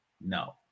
No